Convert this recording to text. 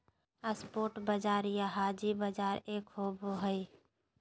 spot बाजार या हाज़िर बाजार एक होबो हइ